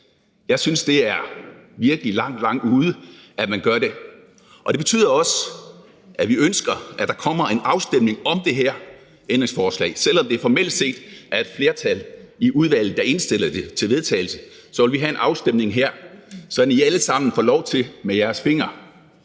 Jeg synes virkelig, det er langt, langt ude, at man gør det, og det betyder også, at vi ønsker, at der kommer en afstemning om det her ændringsforslag. Selv om det formelt set er et flertal i udvalget, der indstiller det til vedtagelse, så vil vi her have en afstemning, sådan at I alle sammen ved at sætte jeres finger